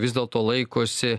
vis dėlto laikosi